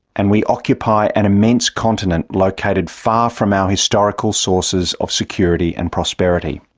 and we occupy an immense continent located far from our historical sources of security and prosperity.